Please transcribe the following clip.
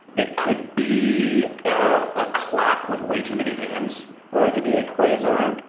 it could be a clock with way too many hands. or it could be a quasar.